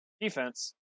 defense